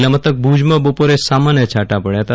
જિલ્લા મથક ભુજમાં બપોરે સામાન્ય છાંટા પડ્યા હતા